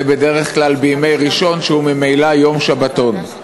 זה בדרך כלל בימי ראשון, שהוא ממילא יום שבתון.